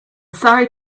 sorry